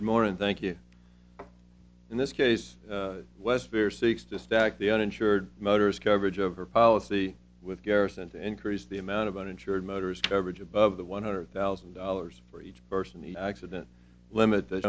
good morning thank you in this case less fear seeks to stack the uninsured motorist coverage of her policy with garrison to increase the amount of uninsured motorist coverage above the one hundred thousand dollars for each person the accident limit